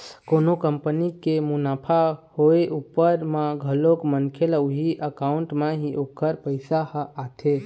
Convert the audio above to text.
कोनो कंपनी के मुनाफा होय उपर म घलोक मनखे ल उही अकाउंट म ही ओखर पइसा ह आथे